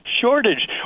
shortage